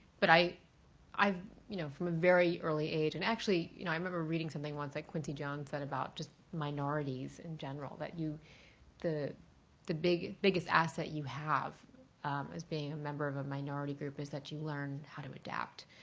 but i i you know from a very early age and actually you know i remember reading something once that quincy jones said about just minorities in general, that you the the biggest biggest asset you have is being being a member of a minority group is that you learn how to adapt